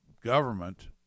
government